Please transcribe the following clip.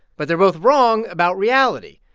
but they're both wrong about reality.